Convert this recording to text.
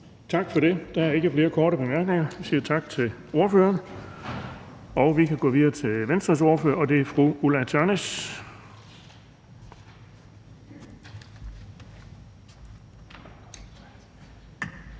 Tak for det. Der er ikke flere korte bemærkninger. Vi siger tak til ordføreren. Og vi kan gå videre til Venstres ordfører, og det er fru Ulla Tørnæs.